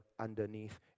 underneath